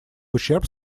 ущерб